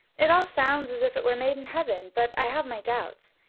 it all sounds as if it were made in heaven, but i have my doubts.